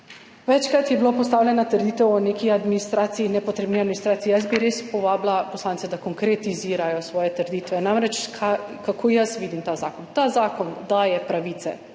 Večkrat je bila postavljena trditev o neki administraciji, nepotrebni administraciji. Jaz bi res povabila poslance, da konkretizirajo svoje trditve. Kako jaz vidim ta zakon? Ta zakon daje pravice.